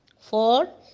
Four